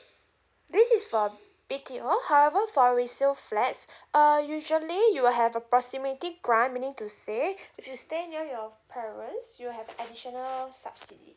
this is for B_T_O however for resale flats uh usually you will have a proximity grant meaning to say if you stay near your parents you have additional subsidy